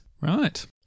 Right